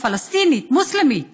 פלסטינית, מוסלמית,